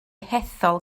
hethol